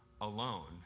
alone